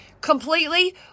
Completely